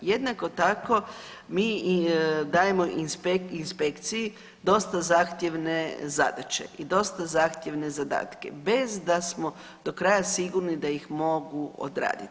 Jednako tako mi dajemo inspekciji dosta zahtjevne zadaće i dosta zahtjevne zadatke bez da smo do kraja sigurni da ih mogu odraditi.